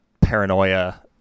paranoia